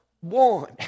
one